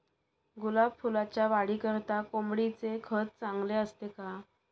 गुलाब फुलाच्या वाढीकरिता कोंबडीचे खत चांगले असते का?